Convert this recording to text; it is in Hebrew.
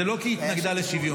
זה לא כי היא התנגדה לשוויון,